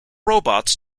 robots